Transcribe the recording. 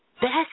best